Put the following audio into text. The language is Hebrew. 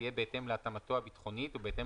תהיה בהתאם להתאמתו הביטחונית ובהתאם